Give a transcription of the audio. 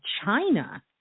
China